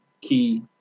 key